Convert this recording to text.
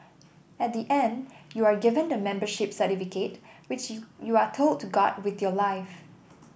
at the end you are given the membership certificate which you are told to guard with your life